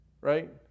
Right